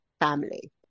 family